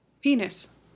penis